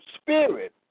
Spirit